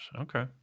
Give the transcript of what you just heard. okay